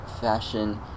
Fashion